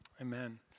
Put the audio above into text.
Amen